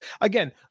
again